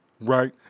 right